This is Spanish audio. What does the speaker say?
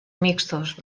mixtos